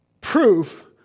proof